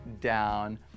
down